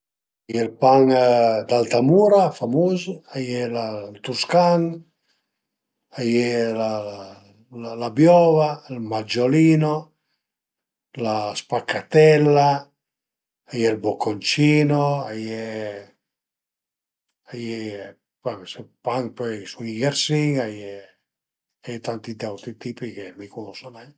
A ie ël pan d'Altamura famus, a ie ël tuscan, a ie la la biova, ël maggiolino, la spaccatella, a ie ël bocconcino, a ie a ie, pan pöi i sun i grisin, a ie tanti d'auti tipi che mi cunosu nen